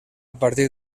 partir